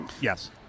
yes